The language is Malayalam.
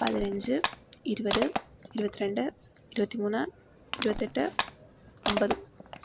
പതിനഞ്ച് ഇരുപത് ഇരുപത്തി രണ്ട് ഇരുപത്തി മൂന്ന് ഇരുപത്തി എട്ട് അൻപത്